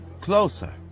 Closer